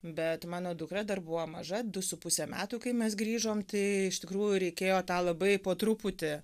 bet mano dukra dar buvo maža du su puse metų kai mes grįžom tai iš tikrųjų reikėjo tą labai po truputį